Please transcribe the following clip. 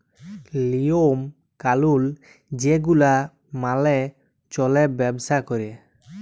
লিওম কালুল যে গুলা মালে চল্যে ব্যবসা ক্যরে